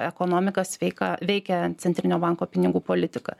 ekonomikas veika veikia centrinio banko pinigų politika